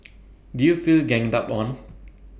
did you feel ganged up on